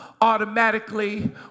automatically